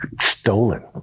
stolen